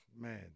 Man